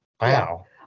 Wow